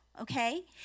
okay